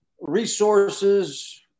resources